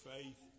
Faith